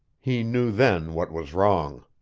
he knew then what was wrong.